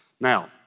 Now